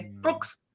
Brooks